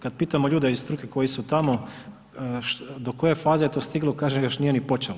Kada pitamo ljude iz struke koji su tamo do koje faze je to stiglo, kaže još nije ni počelo.